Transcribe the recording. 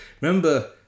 remember